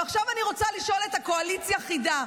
ועכשיו אני רוצה לשאול את הקואליציה חידה,